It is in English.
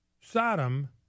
sodom